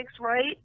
right